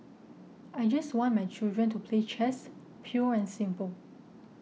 I just want my children to play chess pure and simple